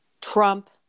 Trump